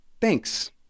Thanks